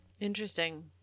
Interesting